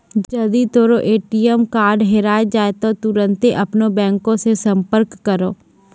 जदि तोरो ATM card हेराय जाय त तुरन्ते अपनो बैंको से संपर्क करो